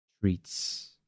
treats